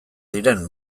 diren